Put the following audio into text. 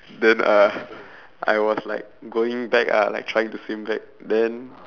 then uh I was like going back ah like trying to swim back then